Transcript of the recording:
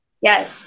yes